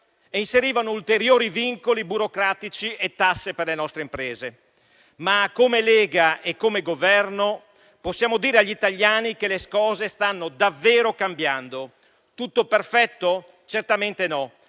e inserivano ulteriori vincoli burocratici e tasse per le nostre imprese. Ma come Lega e come Governo possiamo dire agli italiani che le cose stanno davvero cambiando. Tutto perfetto? Certamente no,